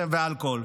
ובאלכוהול.